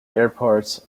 airports